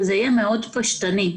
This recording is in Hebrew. שזה יהיה מאוד פשטני,